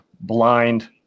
blind